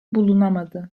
bulunamadı